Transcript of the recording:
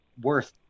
worth